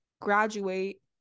graduate